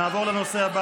נעבור לנושא הבא,